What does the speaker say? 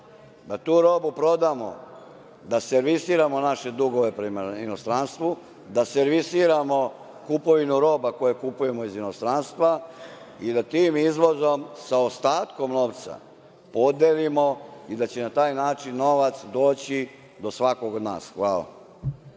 Da tu robu prodamo, da servisiramo naše dugove prema inostranstvu, da servisiramo kupovinu roba koju kupujemo iz inostranstva i da tim izvozom sa ostatkom novca podelimo i da će na tan način novac doći do svakog od nas. Hvala.